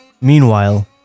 Meanwhile